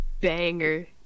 Banger